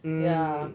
mm